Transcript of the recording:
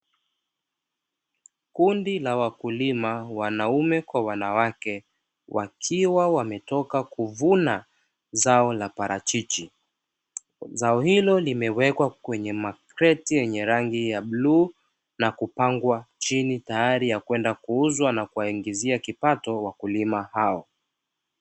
Kundi la wakulima wanaume kwa wanawake wakiwa wametoka kuvuna zao la parachichi, zao hilo limewekwa kwenye makreti yenye rangi ya bluu na kupangwa chini tayari ya kwenda kuuzwa na kuwaingizia kipato wakulima hao.